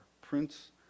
Prince